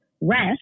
rest